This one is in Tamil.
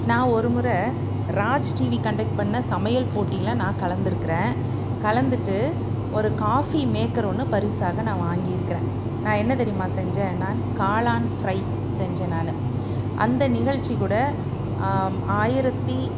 நான் ஒரு முறை ராஜ் டிவி கன்டெக்ட் பண்ண சமையல் போட்டியில் நான் கலந்திருக்கிறேன் கலந்துட்டு ஒரு காஃபி மேக்கர் ஒன்று பரிசாக நான் வாங்கியிருக்கிறேன் நான் என்ன தெரியுமா செஞ்சேன் நான் காளான் ஃப்ரை செஞ்சேன் நான் அந்த நிகழ்ச்சி கூட ஆயிரத்தி